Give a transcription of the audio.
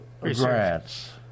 grants